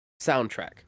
soundtrack